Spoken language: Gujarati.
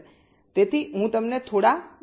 તેથી હું તમને થોડા બતાવી રહ્યો છું